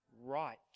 Right